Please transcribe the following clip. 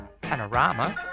Panorama